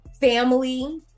family